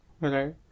Right